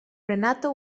renato